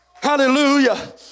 Hallelujah